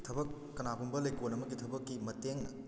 ꯊꯕꯛ ꯀꯅꯥꯒꯨꯝꯕ ꯂꯩꯀꯣꯜ ꯑꯃꯒꯤ ꯊꯕꯛꯀꯤ ꯃꯇꯦꯡꯅ